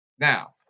Now